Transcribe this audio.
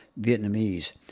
Vietnamese